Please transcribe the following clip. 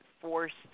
forced